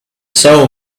saw